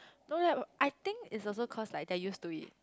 no leh I think is also cause like that used to it